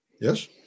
Yes